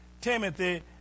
Timothy